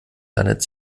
landet